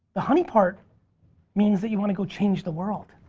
the honey part means that you wanna go change the world.